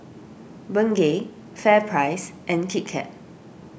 Bengay FairPrice and Kit Kat